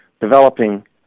developing